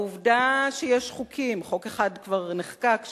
העובדה שיש חוקים חוק אחד כבר נחקק,